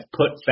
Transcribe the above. put